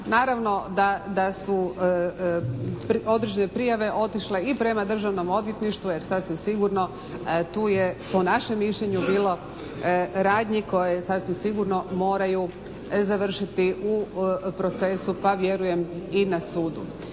Naravno da su prijave otišle i prema Državnom odvjetništvu jer sasvim sigurno tu je po našem mišljenju bilo radnji koje sasvim sigurno moraju završiti u procesu pa vjerujem i na sudu.